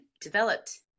developed